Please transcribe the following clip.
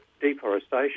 deforestation